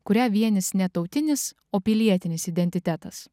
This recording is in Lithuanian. kurią vienys ne tautinis o pilietinis identitetas